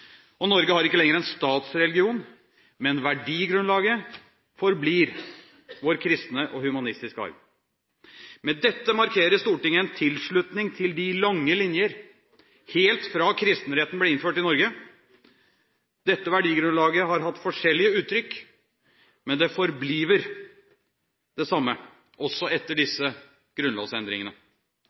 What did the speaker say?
grunnlovfestet Norge har ikke lenger en statsreligion, men verdigrunnlaget forblir vår kristne og humanistiske arv Med dette markerer Stortinget en tilslutning til de lange linjer helt fra kristenretten ble innført i Norge. Dette verdigrunnlaget har hatt forskjellige uttrykk, men det «forbliver» det samme også etter disse grunnlovsendringene.